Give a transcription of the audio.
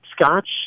scotch